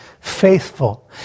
faithful